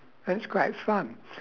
and it's quite fun